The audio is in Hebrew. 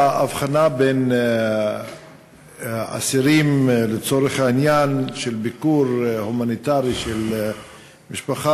ההבחנה בין אסירים לצורך העניין של ביקור הומניטרי של משפחה,